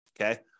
okay